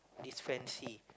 it's Francis